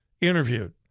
interviewed